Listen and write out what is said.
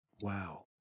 Wow